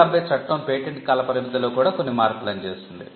1970 చట్టం పేటెంట్ కాల పరిమితిలో కూడా కొన్ని మార్పులను చేసింది